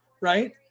right